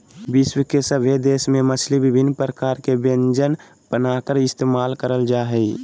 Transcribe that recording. विश्व के सभे देश में मछली विभिन्न प्रकार के व्यंजन बनाकर इस्तेमाल करल जा हइ